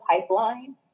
pipeline